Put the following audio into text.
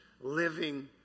living